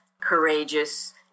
courageous